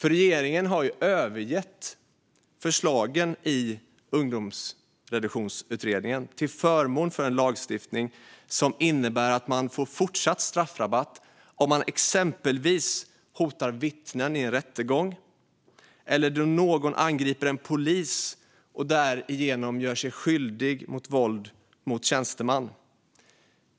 Regeringen har övergett Ungdomsreduktionsutredningens förslag till förmån för en lagstiftning som innebär att man får fortsatt straffrabatt om man exempelvis hotar vittnen i en rättegång eller om man angriper en polis och därigenom gör sig skyldig till våld mot tjänsteman.